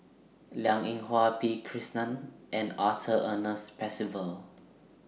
Liang Eng Hwa P Krishnan and Arthur Ernest Percival